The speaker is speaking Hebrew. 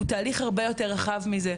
הוא תהליך הרבה יותר רחב מזה.